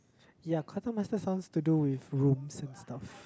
ya quartermaster sounds to do with rooms and stuff